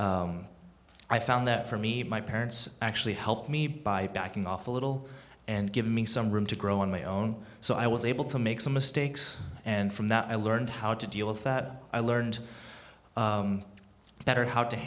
and i found that for me my parents actually helped me by backing off a little and give me some room to grow on my own so i was able to make some mistakes and from that i learned how to deal with that i learned better how to